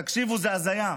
תקשיבו, זו הזיה,